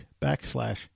backslash